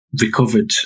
recovered